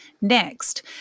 next